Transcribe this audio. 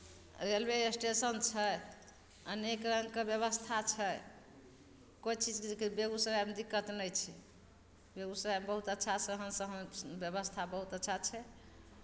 railway station छै अनेक रङ्गके बेबस्था छै कोई चीजके बेगूसरायमे दिक्कत नहि छै बेगूसरायमे बहुत अच्छा सहन सहन बेबस्था बहुत अच्छा छै